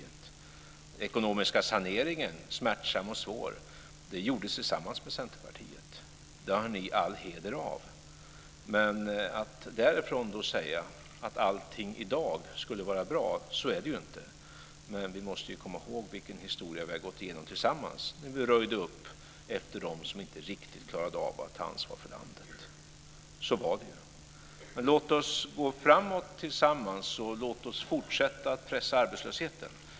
Den ekonomiska saneringen, smärtsam och svår, gjordes tillsammans med Centerpartiet. Det har ni all heder av. Man kan inte gå därifrån till att säga att allting i dag skulle vara bra. Så är det inte. Men vi måste komma ihåg vilken historia vi har gått igenom tillsammans när vi röjde upp efter dem som inte riktigt klarade av att ta ansvar för landet. Så var det. Låt oss gå framåt tillsammans och fortsätta att pressa arbetslösheten.